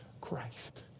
Christ